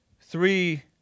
three